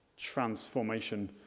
transformation